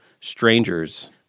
Strangers